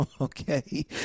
okay